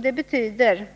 Det betyder